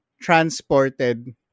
transported